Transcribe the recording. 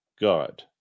God